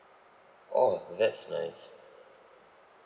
oh that's nice